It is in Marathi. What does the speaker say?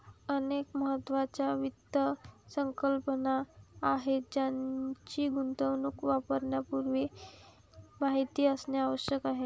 अनेक महत्त्वाच्या वित्त संकल्पना आहेत ज्यांची गुंतवणूक करण्यापूर्वी माहिती असणे आवश्यक आहे